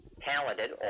talented